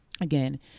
again